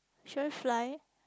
should I fly